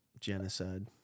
Genocide